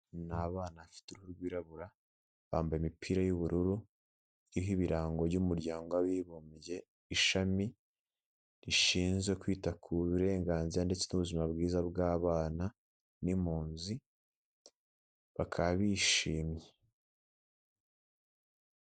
Ni abana bafite uruhu rwirabura bambaye imipira y'ubururu, iriho ibirango by'umuryango w'abibumbye ishami rishinzwe kwita ku burenganzira ndetse n'ubuzima bwiza bw'abana n'impunzi bakaba bishimye.